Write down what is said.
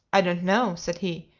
i don't know, said he.